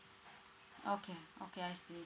okay okay I see